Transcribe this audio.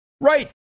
Right